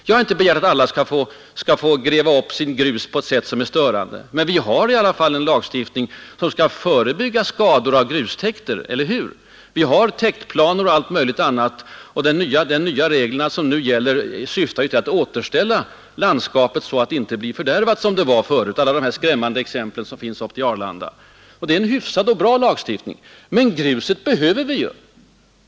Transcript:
Jag har inte begärt att alla skall få gräva upp grus på ett sätt som är störande eller miljöskadligt. Här kommer avvägningsproblem in i bilden. Men vi har en lagstiftning som skall förebygga skador av grustäkter, eller hur? Vi utarbetar täktplaner och allt möjligt annat som syftar till att återställa landskapet, att bota skadorna. Alla de skrämmande exemplen som finns utmed vägen till Arlanda måste förekommas. Det är en hyfsad och bra lagstiftning. Men grus behöver vi.